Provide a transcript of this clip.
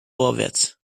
vorwärts